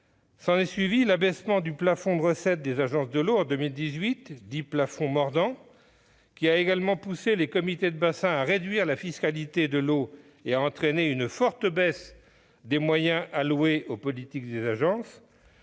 en 2018, l'abaissement du plafond de recettes des agences de l'eau, dit « plafond mordant », qui a également poussé les comités de bassin à réduire la fiscalité de l'eau et a entraîné une forte baisse des moyens alloués aux politiques des agences,